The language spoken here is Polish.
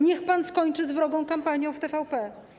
Niech pan skończy z wrogą kampanią w TVP.